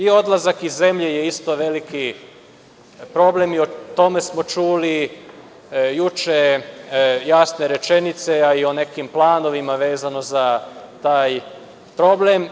Odlazak iz zemlje je isto veliki problem i o tome smo čuli juče jasne rečenice, a i o nekim planovima vezano za taj problem.